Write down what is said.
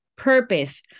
purpose